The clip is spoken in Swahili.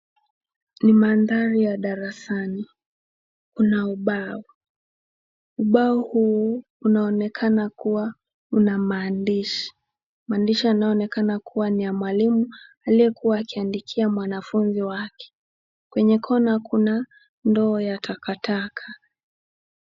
Ni mandhari ya darasani. Kuna ubao. Ubao huu unaonekana kuwa una maandishi. Maandishi yanayoonekana kuwa ni ya mwalimu aliyekuwa akiandikia mwanafunzi wake. Kwneye kona kuna ndoo ya takataka.